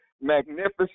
magnificent